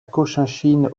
cochinchine